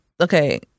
okay